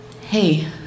hey